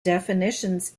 definitions